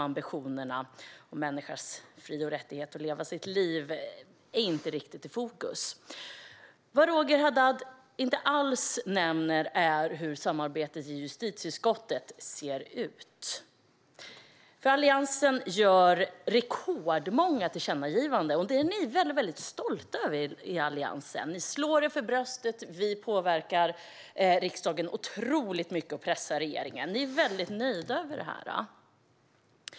Ambitionerna om människors frihet och rätt att leva sina liv är inte riktigt i fokus. Vad Roger Haddad inte alls nämner är hur samarbetet i justitieutskottet ser ut. Alliansen gör rekordmånga tillkännagivanden. Det är ni i Alliansen väldigt stolta över. Ni slår er för bröstet: Vi påverkar riksdagen otroligt mycket och pressar regeringen. Ni är väldigt nöjda över det.